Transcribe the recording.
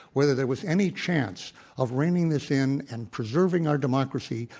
whether there was any chance of reining this in and preserving our democracy,